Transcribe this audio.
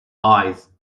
eyes